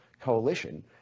coalition